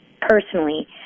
personally